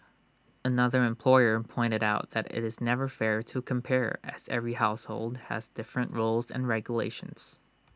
another employer pointed out that IT is never fair to compare as every household has different rules and regulations